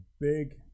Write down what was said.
big